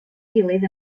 gilydd